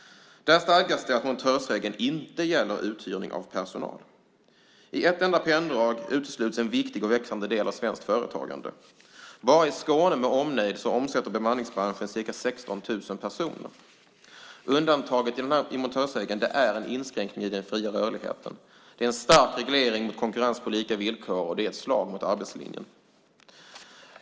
Där stadgas att montörsregeln inte gäller uthyrning av personal. I ett enda penndrag utesluts en viktig och växande del av svenskt företagande. Bara i Skåne med omnejd omsätter bemanningsbranschen ca 16 000 personer. Undantaget i montörsregeln är en inskränkning i den fria rörligheten, en stark reglering mot konkurrens på lika villkor och ett slag mot arbetslinjen.